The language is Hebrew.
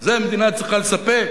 את זה המדינה צריכה לספק?